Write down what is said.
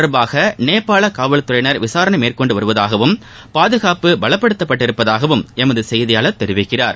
தொடர்பாக நேபாள காவல்துறையினர் விசாரணை மேற்கொண்டு வருவதாகவும் பாதுகாப்பு இது பலப்படுத்தப்பட்டுள்ளதாகவும் எமது செய்தியாளர் தெரிவிக்கிறார்